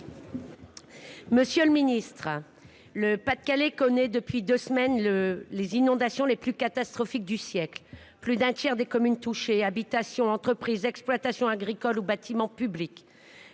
Monsieur le ministre, le Pas de Calais connaît depuis deux semaines les inondations les plus catastrophiques du siècle. Plus d’un tiers des communes sont touchées : habitations, entreprises, exploitations agricoles ou bâtiments publics.